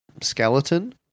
skeleton